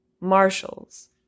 Marshals